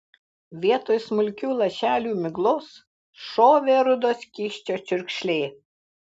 vietoj smulkių lašelių miglos šovė rudo skysčio čiurkšlė